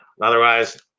otherwise